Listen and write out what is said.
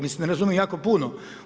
Mislim ne razumijem jako puno.